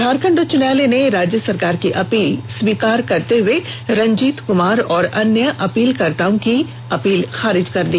झारखंड उच्च न्यायालय ने राज्य सरकार की अपील स्वीकार करते हुए रंजीत कुमार और अन्य अपील कर्ताओं की अपील खारिज कर दी